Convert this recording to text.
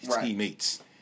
teammates